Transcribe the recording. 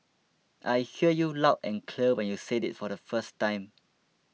I heard you loud and clear when you said it the first time